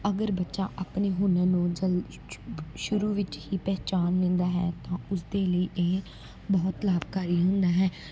ਅਗਰ ਬੱਚਾ ਆਪਣੇ ਹੁਨਰ ਨੂੰ ਜਲ ਸ਼ੁਰੂ ਵਿੱਚ ਹੀ ਪਹਿਚਾਣ ਲੈਂਦਾ ਹੈ ਤਾਂ ਉਸਦੇ ਲਈ ਇਹ ਬਹੁਤ ਲਾਭਕਾਰੀ ਹੁੰਦਾ ਹੈ